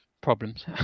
problems